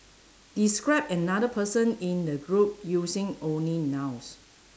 describe another person in the group using only nouns